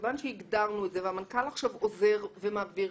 כיוון שהגדרנו את זה והמנכ"ל עכשיו עובר ומעביר,